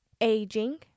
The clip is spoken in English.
aging